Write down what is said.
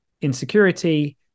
insecurity